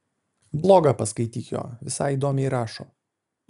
blogą paskaityk jo visai įdomiai rašo